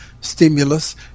stimulus